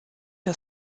der